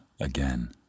again